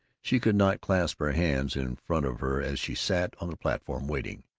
she could not clasp her hands in front of her as she sat on the platform waiting.